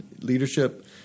Leadership